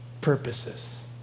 purposes